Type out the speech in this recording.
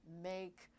make